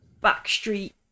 backstreet